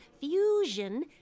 fusion